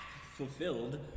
fulfilled